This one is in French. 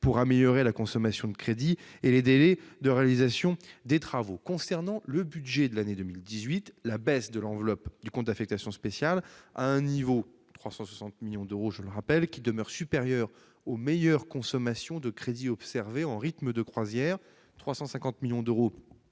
pour améliorer la consommation de crédits et les délais de réalisation des travaux. Concernant le budget pour 2018, la baisse de l'enveloppe du compte d'affectation spéciale à un niveau- 360 millions d'euros -qui demeure supérieur aux meilleures consommations de crédits observées en « rythme de croisière »- 350 millions d'euros